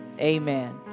amen